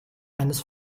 eines